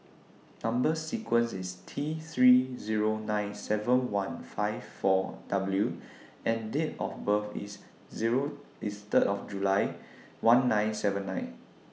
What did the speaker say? Number sequence IS T three Zero nine seven one five four W and Date of birth IS Zero IS Third of July one nine seven nine